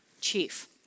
chief